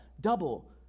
double